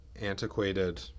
antiquated